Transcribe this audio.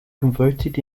converted